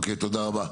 תודה רבה.